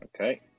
Okay